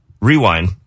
Rewind